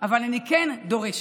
אבל אני כן דורשת,